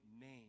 name